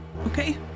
Okay